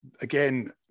Again